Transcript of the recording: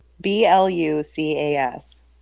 B-L-U-C-A-S